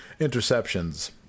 interceptions